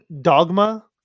dogma